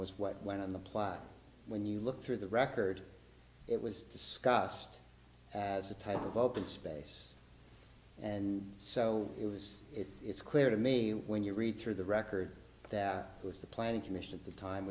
was what went on the plot when you look through the record it was discussed as a type of open space and so it was it's clear to me when you read through the record that was the planning commission at the time